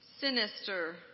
Sinister